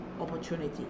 opportunity